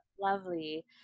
lovely